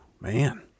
Man